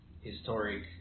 historic